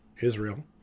Israel